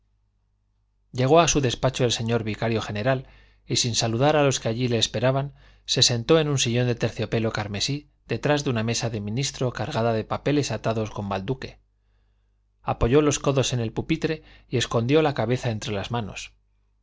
llegó a su despacho el señor vicario general y sin saludar a los que allí le esperaban se sentó en un sillón de terciopelo carmesí detrás de una mesa de ministro cargada de papeles atados con balduque apoyó los codos en el pupitre y escondió la cabeza entre las manos